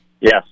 Yes